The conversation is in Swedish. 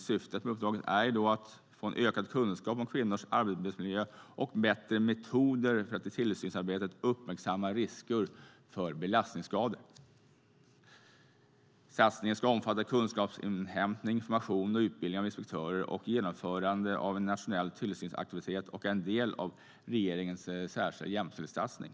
Syftet med uppdraget är att få såväl ökad kunskap om kvinnors arbetsmiljö som bättre metoder för att i tillsynsarbetet uppmärksamma risker för belastningsskador. Satsningen ska omfatta kunskapsinhämtning, information, utbildning av inspektörer samt genomförande av en nationell tillsynsaktivitet och är en del av regeringens särskilda jämställdhetssatsning.